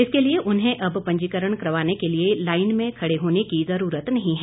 इसके लिए उन्हें अब पंजीकरण करवाने के लिए लाईन में खड़े होने की जरूरत नहीं है